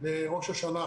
לראש השנה,